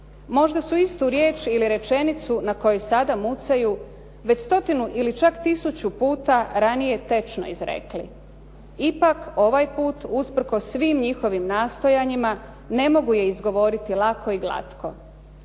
Možda su istu riječ ili rečenicu na koju sada mucaju već stotinu ili čak tisuću puta ranije tečno izrekli. Ipak ovaj put usprkos svim njihovim nastojanjima ne mogu je izgovoriti lako i glatko.